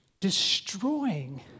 destroying